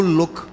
look